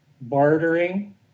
bartering